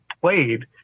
played